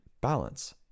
balance